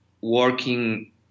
working